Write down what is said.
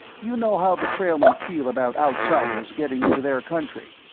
you know how the trailmen feel about outsiders getting into their country.